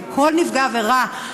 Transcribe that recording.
על כל נפגעי העבירה,